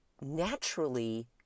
naturally